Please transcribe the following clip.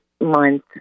month